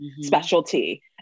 specialty